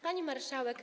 Pani Marszałek!